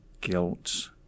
guilt